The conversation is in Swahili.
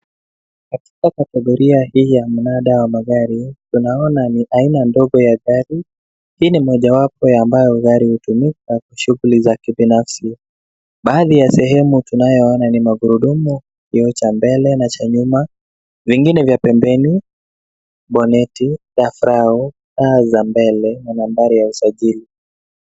Katika category hii ya mnada wa magari tunaona ni aina ndogo ya gari, hii ni mojawapo ya ambayo gari hutumika shughuli za kibinafsi. Baadhi ya sehemu tunayoona ni magurudumu, kioo cha mbele na cha nyuma, mengine vya pembeni, boneti, dafrau, taa za mbele na nambari ya usajili.